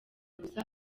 gusa